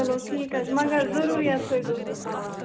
چلو ٹھیٖک حظ چھُ مگر ضروٗری حظ تھٲوِزیٚو سُہ فون